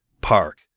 park